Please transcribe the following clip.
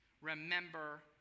remember